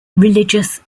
religious